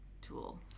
tool